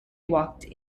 walked